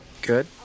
good